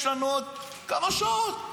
יש לנו עוד כמה שעות.